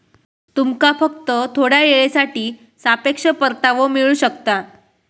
तुमका फक्त थोड्या येळेसाठी सापेक्ष परतावो मिळू शकता